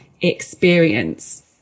experience